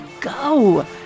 go